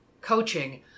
coaching